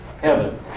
heaven